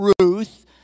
Ruth